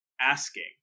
asking